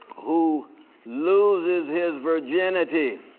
who loses his virginity